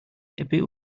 ebbe